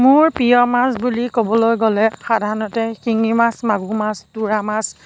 মোৰ প্ৰিয় মাছ বুলি ক'বলৈ গ'লে সাধাৰণতে শিঙি মাছ মাগুৰ মাছ তোৰা মাছ